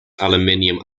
aluminum